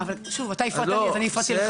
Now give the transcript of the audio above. אבל אתה הפרעת לי אז אני הפרעתי לך.